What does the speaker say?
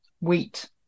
wheat